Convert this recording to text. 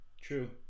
True